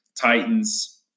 Titans